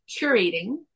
curating